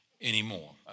anymore